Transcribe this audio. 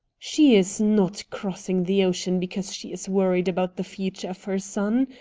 she is not crossing the ocean because she is worried about the future of her son.